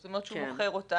זאת אומרת שהוא מוכר אותם,